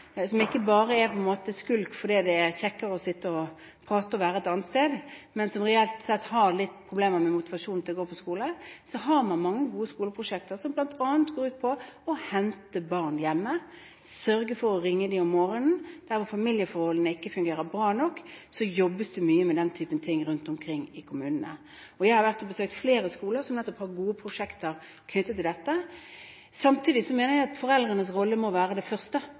som ikke bare skulker fordi det er kjekkere å sitte og prate og være et annet sted, men som reelt sett har litt problemer med motivasjonen for å gå på skole. For disse har mange skoler gode prosjekter som bl.a. går ut på å hente barn hjemme eller sørge for å ringe dem om morgenen. Der familieforholdene ikke fungerer bra nok, jobbes det mye med den type ting rundt omkring i kommunene. Jeg har vært og besøkt flere skoler som har gode prosjekter knyttet til nettopp dette. Samtidig mener jeg at foreldrenes rolle må være det første.